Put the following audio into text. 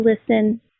listen